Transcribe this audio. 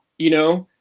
you know?